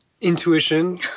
intuition